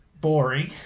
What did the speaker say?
boring